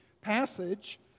passage